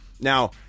now